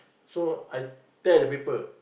so I tear the paper